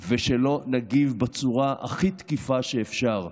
ושלא נגיד בצורה הכי תקיפה שאפשר: